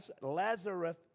Lazarus